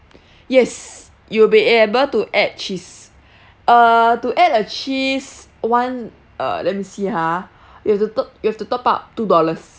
yes you will be able to add cheese err to add a cheese one uh let me see ah you have to t~ you have to top up two dollars